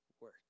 work